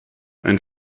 ein